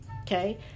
okay